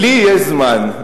"לי יש זמן.